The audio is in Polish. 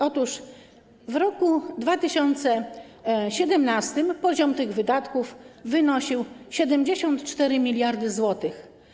Otóż w roku 2017 poziom tych wydatków wynosił 74 mld zł.